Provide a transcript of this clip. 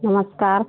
नमस्कार